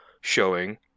showing